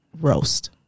roast